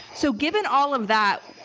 so given all of that,